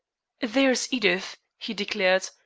there is edith! he declared.